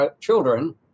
children